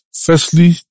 Firstly